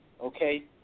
okay